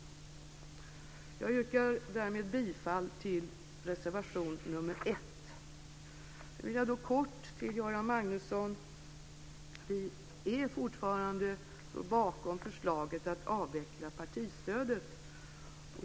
Jag yrkar därmed bifall till reservation nr 1. Jag vill kort säga till Göran Magnusson att vi fortfarande står bakom förslaget att avveckla partistödet.